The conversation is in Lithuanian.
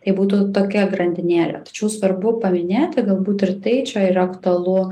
tai būtų tokia grandinėlė tačiau svarbu paminėti galbūt ir tai čia yra aktualu